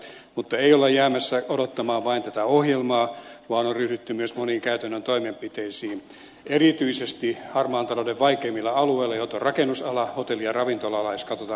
mutta ei olla jäämässä odottamaan vain tätä ohjelmaa vaan on ryhdytty myös moniin käytännön toimenpiteisiin erityisesti harmaan talouden vaikeimmilla alueilla joita ovat rakennusala hotelli ja ravintola ala jos katsotaan toimialoja